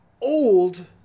old